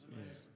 yes